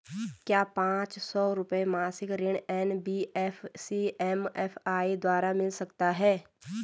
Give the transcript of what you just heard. क्या पांच सौ रुपए मासिक ऋण एन.बी.एफ.सी एम.एफ.आई द्वारा मिल सकता है?